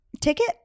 ticket